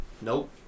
Nope